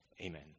amen